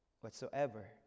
whatsoever